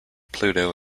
pluto